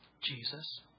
Jesus